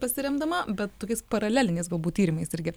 pasiremdama bet tokiais paraleliniais galbūt tyrimais irgi